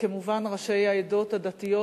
וכמובן ראשי העדות הדתיות,